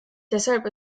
deshalb